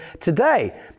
today